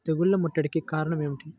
తెగుళ్ల ముట్టడికి కారణం ఏమిటి?